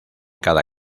cada